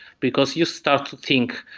because you start to think,